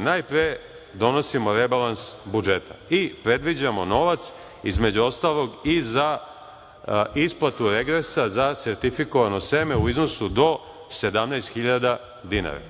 Najpre donosimo rebalans budžeta i predviđamo novac, između ostalog, i za isplatu regresa za sertifikovano seme u iznosu do 17.000 dinara.